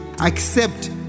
accept